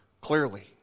clearly